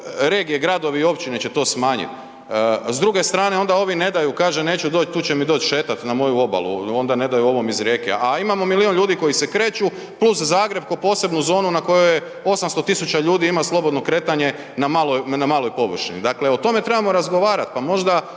regije, gradovi i općine će to smanjit. S druge strane onda ovi ne daju, kaže neću doć, tu će mi doć šetat na moju obalu, onda ne daju ovom iz Rijeke. A imamo milion ljudi koji se kreću plus Zagreb ko posebnu zonu na kojoj 800.000 ljudi ima slobodno kretanje na maloj površini. Dakle o tome trebamo razgovarat pa možda